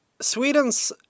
Sweden's